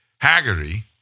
Haggerty